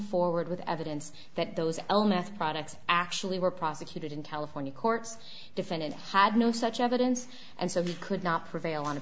forward with evidence that those onus products actually were prosecuted in california courts defendant had no such evidence and so he could not prevail on a